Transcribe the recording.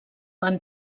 van